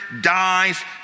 dies